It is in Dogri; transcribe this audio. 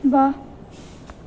वाह्